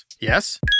yes